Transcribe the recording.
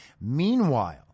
Meanwhile